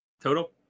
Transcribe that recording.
Total